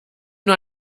nur